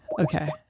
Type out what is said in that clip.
Okay